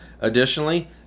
additionally